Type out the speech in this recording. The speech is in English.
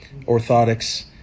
orthotics